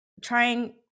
trying